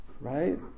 right